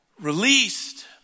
released